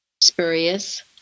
spurious